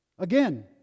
Again